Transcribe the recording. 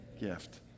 Gift